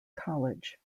college